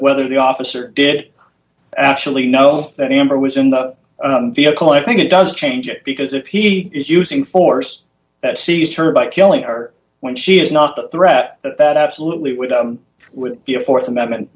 whether the officer did actually know that amber was in the vehicle i think it does change it because if he is using force that sees her by killing her when she is not the threat that absolutely with would be a th amendment